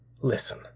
Listen